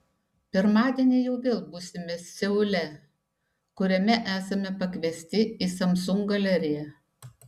pirmadienį jau vėl būsime seule kuriame esame pakviesti į samsung galeriją